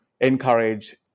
encourage